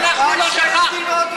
אנחנו לא שכחנו.